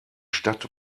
stadt